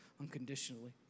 unconditionally